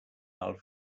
hard